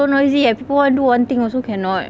so noisy eh people want to do one thing also cannot